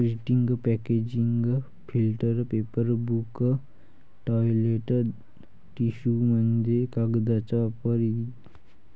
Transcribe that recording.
printing packaging filter paper book toilet टिश्यूमध्ये कागदाचा वापर इ